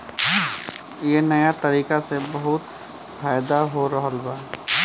ए नया तरीका से बहुत फायदा हो रहल बा